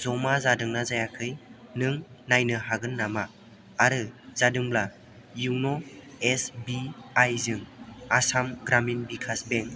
जमा जादोंना जायाखै नों नायनो हागोन नामा आरो जादोंब्ला यन' एसिबआइ जों आसाम ग्रामिन बिकास बेंक